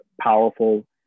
powerful